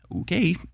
okay